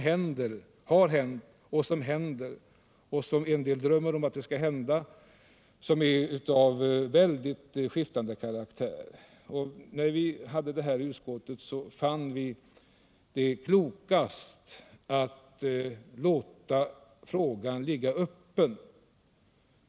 Där har det hänt och där händer det mycket av väldigt skiftande karaktär, och en del drömmer om vad som skulle kunna hända där. I utskottet fann vi det klokast att låta frågan vara öppen.